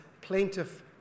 plaintiff